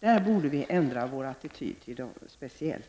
Vi borde ändra vår attityd i det avseendet.